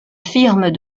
firme